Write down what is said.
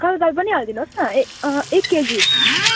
कालो दाल पनि हालिदिनुहोस् न एक केजी